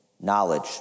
knowledge